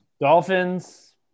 Dolphins